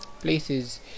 places